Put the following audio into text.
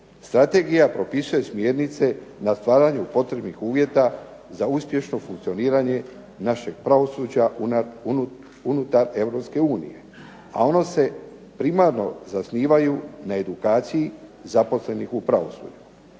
Strategija propisuje smjernice na stvaranju potrebnih uvjeta za uspješno funkcioniranje našeg pravosuđa unutar Europske unije, a ono se primarno zasnivaju na edukaciju zaposlenih u pravosuđu.